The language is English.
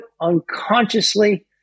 unconsciously